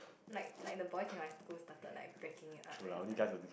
like like the boys in my school started like breaking it up then like